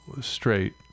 straight